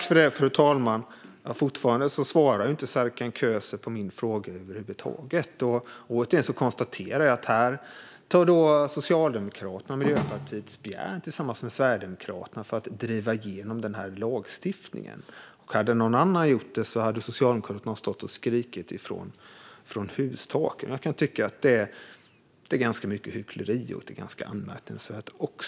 Fru talman! Serkan Köse svarar fortfarande inte på mina frågor. Jag konstaterar återigen att Socialdemokraterna och Miljöpartiet tar spjärn tillsammans med Sverigedemokraterna för att driva igenom den här lagstiftningen. Hade någon annan gjort så hade Socialdemokraterna stått och skrikit från hustaken. Jag kan tycka att det är hyckleri och ganska anmärkningsvärt.